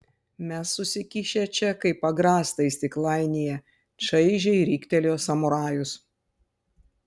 mes susikišę čia kaip agrastai stiklainyje čaižiai riktelėjo samurajus